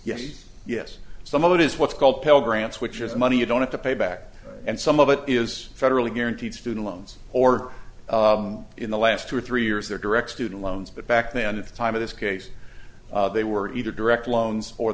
yes yes some of it is what's called pell grants which is money you don't have to pay back and some of it is federally guaranteed student loans or in the last two or three years they're direct student loans but back then at the time of this case they were either direct loans or